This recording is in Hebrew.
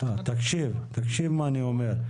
תקשיב מה אני אומר.